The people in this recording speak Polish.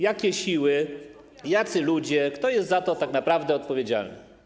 Jakie siły, jacy ludzie, kto jest za to tak naprawdę odpowiedzialny?